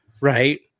right